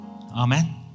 Amen